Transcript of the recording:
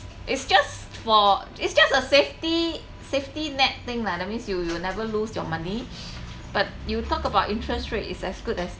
it's just for it's just a safety safety net thing lah that means you you never lose your money but you talk about interest rate is as good as